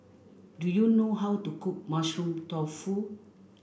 do you know how to cook mushroom tofu